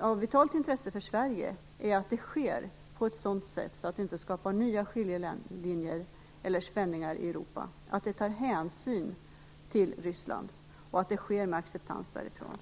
Av vitalt intresse för Sverige är att det sker på ett sådant sätt att det inte skapar nya skiljelinjer eller spänningar i Europa, att hänsyn tas till Ryssland och att detta sker med acceptans därifrån.